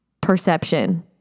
perception